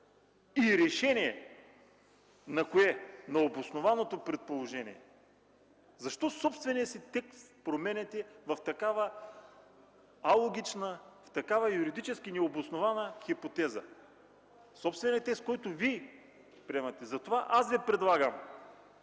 решение – на кое? На обоснованото предположение? Защо променяте собствения си текст в такава алогична, в такава юридически необоснована хипотеза – собственият текст, който Вие си приемате? Затова аз Ви предлагам